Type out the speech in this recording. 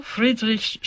Friedrich